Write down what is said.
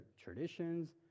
traditions